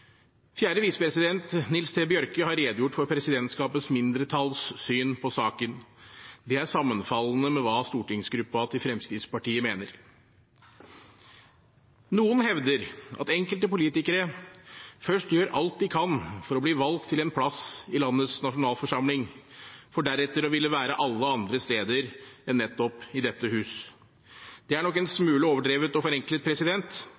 Fjerde visepresident, Nils T. Bjørke, har redegjort for presidentskapets mindretalls syn på saken. Det er sammenfallende med hva stortingsgruppen til Fremskrittspartiet mener. Noen hevder at enkelte politikere først gjør alt de kan for å bli valgt til en plass i landets nasjonalforsamling, for deretter å ville være alle andre steder enn nettopp i dette hus. Det er nok en smule overdrevet og forenklet,